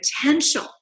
potential